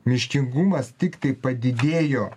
miškingumas tiktai padidėjo